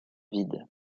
vide